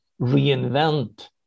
reinvent